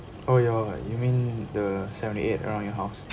oh ya you mean the seventy eight around your house